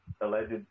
alleged